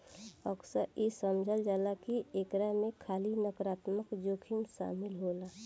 अक्सर इ समझल जाला की एकरा में खाली नकारात्मक जोखिम शामिल होला